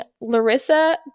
Larissa